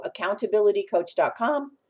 accountabilitycoach.com